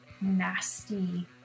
nasty